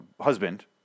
husband